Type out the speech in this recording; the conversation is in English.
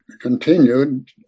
continued